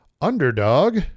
Underdog